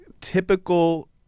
typical